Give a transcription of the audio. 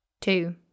two